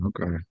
Okay